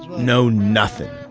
no nothing.